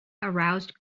aroused